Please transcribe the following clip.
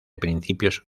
principios